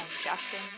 Justin